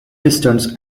pistons